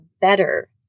better